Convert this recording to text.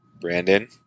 Brandon